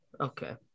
Okay